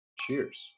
cheers